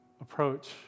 approach